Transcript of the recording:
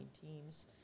teams